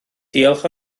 diolch